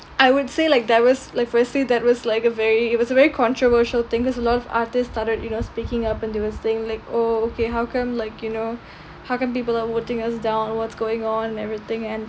I would say like there was like firstly that was like a very it was a very controversial thing cause a lot of artists started you know speaking up and they was think like oh how come like you know how come people are voting us down what's going on and everything and